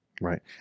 right